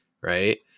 right